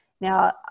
Now